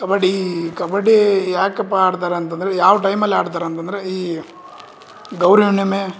ಕಬಡ್ಡಿ ಕಬಡ್ಡಿ ಯಾಕಪ್ಪ ಆಡ್ತಾರೆ ಅಂತ ಅಂದ್ರೆ ಯಾವ ಟೈಮಲ್ಲಿ ಆಡ್ತಾರೆ ಅಂತಂದರೆ ಈ ಗೌರಿ ಹುಣ್ಣಿಮೆ